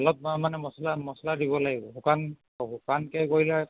অলপ মানে মচলা মচলা দিব লাগিব শুকান শুকানকৈ কৰিলে